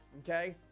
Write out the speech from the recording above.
okay.